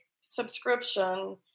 subscription